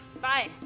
Bye